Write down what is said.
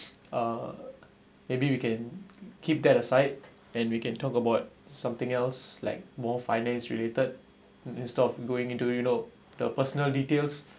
uh maybe we can keep that aside then we can talk about something else like more finance related instead of going into you know the personal details